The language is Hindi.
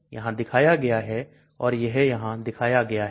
यहां दिखाया गया है और यह यहां दिखाया गया है